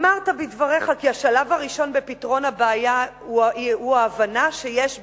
אמרת בדבריך כי השלב הראשון בפתרון הבעיה הוא ההבנה שיש בעיה.